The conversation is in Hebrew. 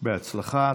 בהצלחה.